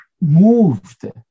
moved